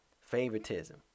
Favoritism